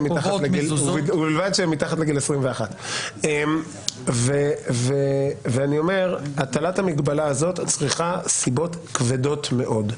ובלבד שהן מתחת לגיל 21. הטלת המגבלה הזאת מצריכה סיבות כבדות מאוד.